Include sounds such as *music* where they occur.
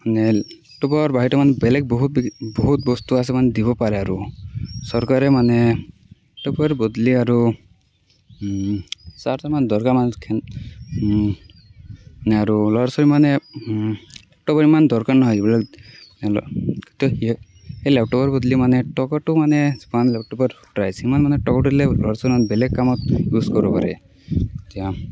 মানে লেপটপৰ বাহিৰত বহুত বস্তু আছে মানে দিব পাৰে আৰু চৰকাৰে মানে লেপটপৰ বদলি আৰু *unintelligible* আৰু ল'ৰা ছোৱালী মানে লেপটপৰ ইমান দৰকাৰ নহয় *unintelligible* সেই লেপটপৰ বদলি মানে টকাটো মানে যিমান টকা দিলেও ল'ৰা ছোৱালী বেলেগ কামত ইউজ কৰিব পাৰে এতিয়া